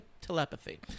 telepathy